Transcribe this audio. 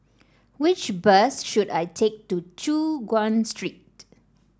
which bus should I take to Choon Guan Street